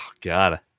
God